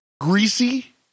Greasy